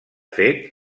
fet